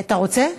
אתה רוצה?